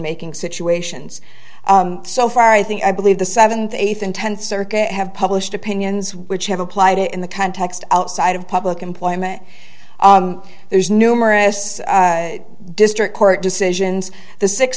making situations so far i think i believe the seventh eighth intenser have published opinions which have applied it in the context outside of public employment there's numerous district court decisions the six